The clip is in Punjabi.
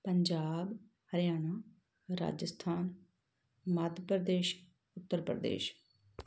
ਪੰਜਾਬ ਹਰਿਆਣਾ ਰਾਜਸਥਾਨ ਮੱਧ ਪ੍ਰਦੇਸ਼ ਉੱਤਰ ਪ੍ਰਦੇਸ਼